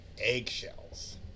eggshells